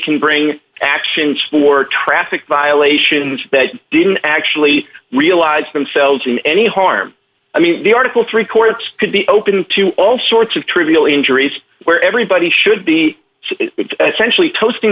can bring actions for traffic violations that didn't actually realise themselves in any harm i mean the article three courts could be open to all sorts of trivial injuries where everybody should be essential toasting